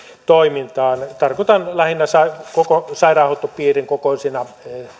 toimintaan tarkoitan lähinnä koko sairaanhoitopiirin kokoisia